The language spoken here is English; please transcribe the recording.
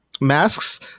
masks